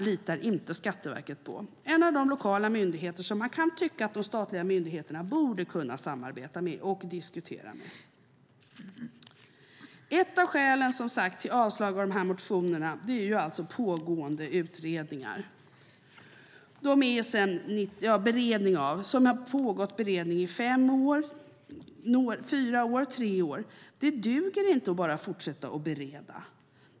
Däremot litar Skatteverket inte på kommunen, en av de lokala myndigheter som man kan tycka att de statliga myndigheterna borde kunna samarbeta och diskutera med. Ett av skälen till att dessa motioner avstyrks är alltså beredningen av utredningar. Beredningarna har pågått i fem år, fyra år, tre år. Det duger inte att bara fortsätta att bereda.